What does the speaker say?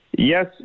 Yes